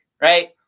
right